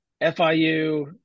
FIU